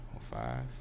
five